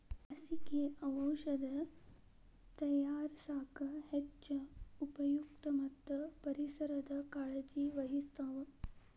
ಲಸಿಕೆ, ಔಔಷದ ತಯಾರಸಾಕ ಹೆಚ್ಚ ಉಪಯುಕ್ತ ಮತ್ತ ಪರಿಸರದ ಕಾಳಜಿ ವಹಿಸ್ತಾವ